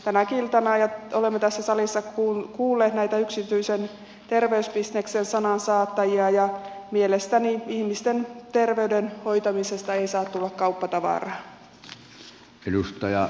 tänäkin iltana olemme tässä salissa kuulleet näitä yksityisen terveysbisneksen sanansaattajia ja mielestäni ihmisten terveyden hoitamisesta ei saa tulla kauppatavaraa